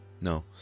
no